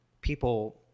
people –